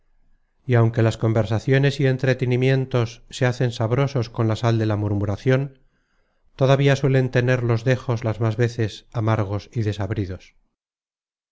y aunque las conversaciones y entretenimientos se hacen sabrosos con la sal de la murmuracion todavía suelen tener los dejos las más veces amargos y desabridos